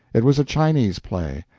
it was a chinese play,